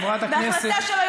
חברת הכנסת סתיו שפיר,